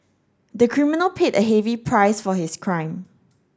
the criminal paid a heavy price for his crime